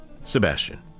Sebastian